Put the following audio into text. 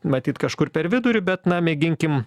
matyt kažkur per vidurį bet na mėginkim